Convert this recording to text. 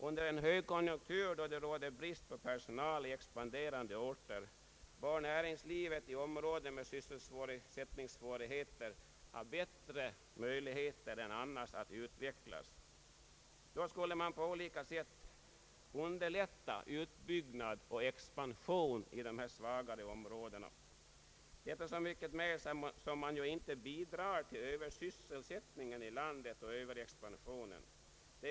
Under en högkonjunktur, då det råder brist på personal i expanderande orter, bör näringslivet i områden med sysselsättningssvårigheter ha =: bättre möjligheter än annars att utvecklas. Då skulle man på olika sätt underlätta utbyggnad och expansion i dessa svagare områden, detta så mycket mer som man inte då bidrar till översysselsättningen och överexpansionen i landet.